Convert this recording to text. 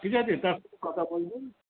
ঠিক আছে তারপরে কথা বলবেন